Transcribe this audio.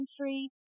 country